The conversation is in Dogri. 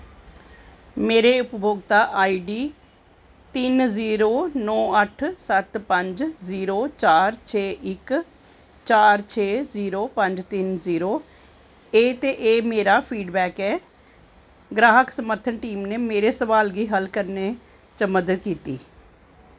मेरी उपभोक्ता आई डी तिन्न ज़ीरो नौ अट्ठ सत्त पंज ज़ीरो चार छे इक चार छे ज़ीरो पंज तिन्न जीरो ऐ ते एह् मेरा फीडबैक ऐः गाह्क समर्थन टीम ने मेरे सवाल गी हल करने च मदद कीती